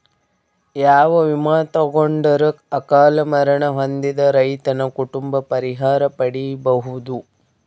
ಯಾವ ವಿಮಾ ತೊಗೊಂಡರ ಅಕಾಲ ಮರಣ ಹೊಂದಿದ ರೈತನ ಕುಟುಂಬ ಪರಿಹಾರ ಪಡಿಬಹುದು?